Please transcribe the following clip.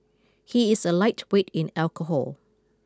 he is a lightweight in alcohol